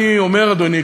אדוני,